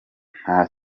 nta